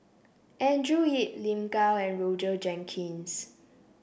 Andrew Yip Lin Gao and Roger Jenkins